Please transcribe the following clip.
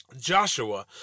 Joshua